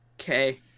okay